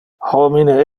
homine